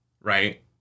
right